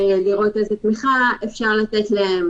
לראות איזו תמיכה אפשר לתת להם,